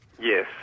Yes